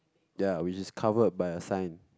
ya which is covered by a sign